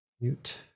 mute